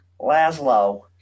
laszlo